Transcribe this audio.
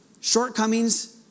shortcomings